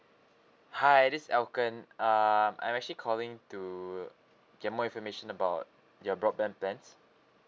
hi this is elkon um I'm actually calling to get more information about your broadband plans